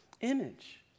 image